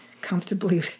comfortably